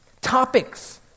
topics